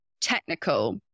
technical